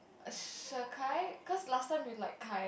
Shakai because last time we like kai